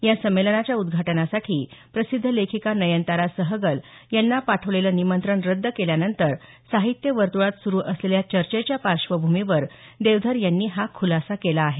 या संमेलनाच्या उद्घाटनासाठी प्रसिध्द लेखिका नयनतारा सहगल यांना पाठवलेलं निमंत्रण रद्द केल्यानंतर साहित्य वर्तुळात सुरू असलेल्या चर्चेच्या पार्श्वभूमीवर देवधर यांनी हा ख्रलासा केला आहे